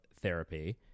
therapy